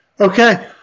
Okay